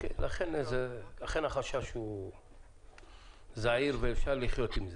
לכן החשש זעיר ואפשר לחיות עם זה.